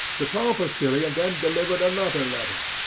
the tall postilion then delivered another letter,